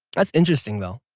that's interesting though